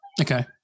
Okay